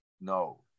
no